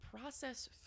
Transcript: process